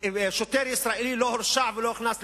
שוטר ישראלי לא הורשע ולא הוכנס לבית-סוהר,